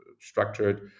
structured